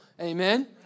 amen